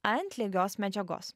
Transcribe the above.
ant lygios medžiagos